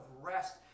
rest